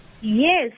Yes